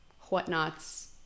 whatnots